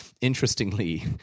Interestingly